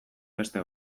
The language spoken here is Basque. beste